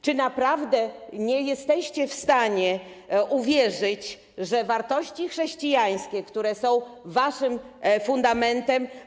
Czy naprawdę nie jesteście w stanie uwierzyć, że wartości chrześcijańskie, które są waszym fundamentem.